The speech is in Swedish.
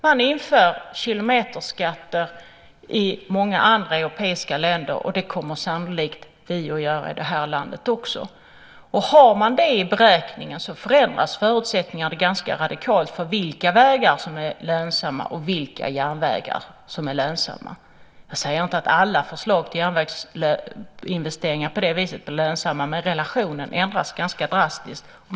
Man inför kilometerskatter i många andra europeiska länder, och det kommer vi sannolikt att göra här i landet också. Har man det i beräkningen förändras förutsättningarna ganska radikalt för vilka vägar som är lönsamma och vilka järnvägar som är lönsamma. Jag säger inte att alla förslag till järnvägsinvesteringar på det viset är lönsamma, men relationen ändras ganska drastiskt.